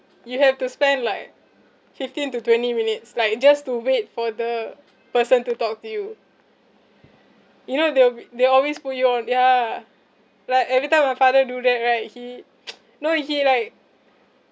you have to spend like fifteen to twenty minutes like just to wait for the person to talk to you you know they will be they always put you on ya like every time my father do that right he no he like